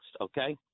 okay